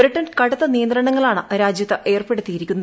Britain കടുത്ത നിയന്ത്രണങ്ങളാണ് രാജ്യത്ത് ഏർപ്പെടുത്തിയിരിക്കുന്നത്